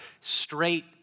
straight